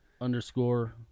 underscore